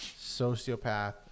sociopath